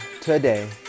today